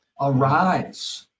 Arise